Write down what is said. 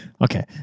okay